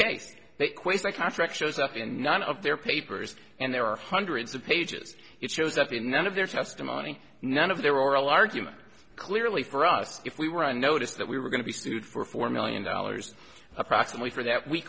case that quasar contract shows up in none of their papers and there are hundreds of pages it shows up in none of their testimony none of their oral argument clearly for us if we were on notice that we were going to be sued for four million dollars approximately for that we